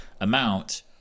amount